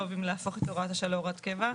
אם להפוך את הוראת השעה להוראת קבע,